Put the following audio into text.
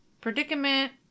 predicament